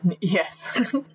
Yes